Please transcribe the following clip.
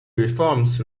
reforms